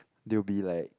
they will be like